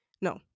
No